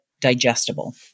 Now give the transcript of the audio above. digestible